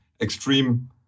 extreme